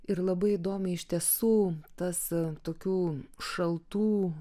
ir labai įdomiai iš tiesų tas tokių šaltų